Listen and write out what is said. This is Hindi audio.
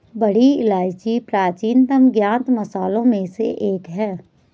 बड़ी इलायची प्राचीनतम ज्ञात मसालों में से एक है